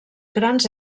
grans